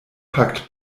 packt